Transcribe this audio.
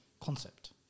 concept